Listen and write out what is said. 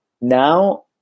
now